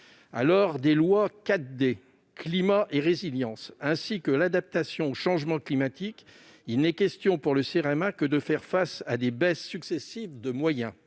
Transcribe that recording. projets de loi 4D, Climat et résilience, ainsi que de l'adaptation au changement climatique, il n'est question pour le Cerema que de faire face à des baisses successives de moyens.